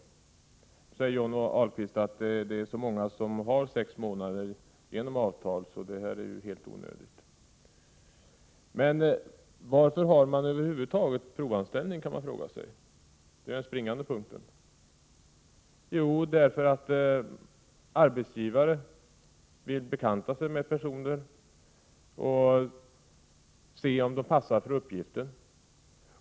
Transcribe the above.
Nu säger Johnny Ahlqvist att det är så många som har sex månaders provanställning genom avtal och att detta därför är onödigt. Men man kan fråga varför det över huvud taget finns provanställning. Det är den springande punkten. Jo, man har provanställning därför att arbetsgivarna vill bekanta sig med personerna och se om de passar för uppgiften.